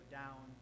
down